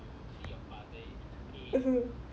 (uh huh)